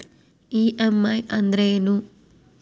EMI ಅಂದ್ರೇನು?